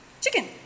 chicken